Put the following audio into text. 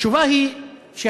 התשובה היא שההשקעה,